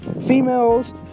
females